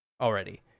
already